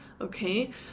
Okay